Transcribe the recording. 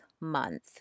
month